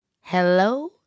hello